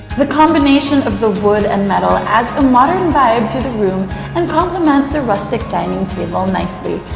the combination of the wood and metal adds a modern vibe to the room and complements the rustic dining table nicely.